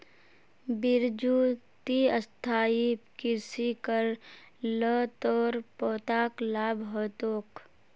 बिरजू ती स्थायी कृषि कर ल तोर पोताक लाभ ह तोक